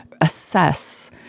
assess